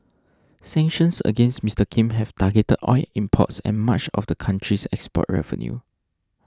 sanctions against Mister Kim have targeted oil imports and much of the country's export revenue